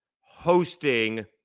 hosting